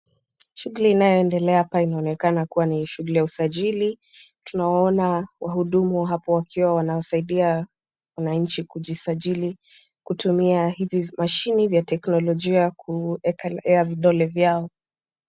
Shughuli inayoendelea hapa inaonekana kuwa ni shughuli ya isajili. Tunawaona wahudumu hapo wakiwa wanasaidia wananchi kujisajili kutumia hivi mashini vya teknolojia ya kuekelea vidole vyao.